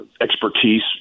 expertise